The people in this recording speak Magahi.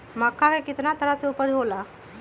मक्का के कितना तरह के उपज हो ला?